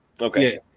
Okay